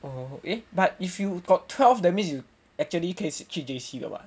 oh eh but if you got twelve that means you actually 可以去 J_C 的 [what]